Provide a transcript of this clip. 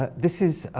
ah this is